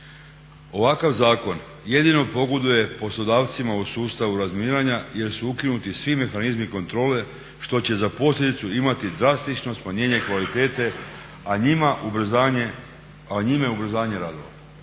Ovakav zakon jedino pogoduje poslodavcima u sustavu razminiranja jer su ukinuti svi mehanizmi kontrole što će za posljedicu imati drastično smanjenje kvalitete, a njime ubrzanje radova.